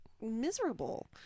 miserable